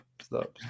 stop